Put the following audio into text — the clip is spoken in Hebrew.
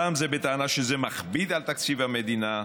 פעם זו בטענה שזה מכביד על תקציב המדינה,